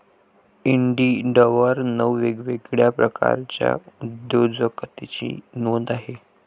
इंडिडवर नऊ वेगवेगळ्या प्रकारच्या उद्योजकतेची नोंद आहे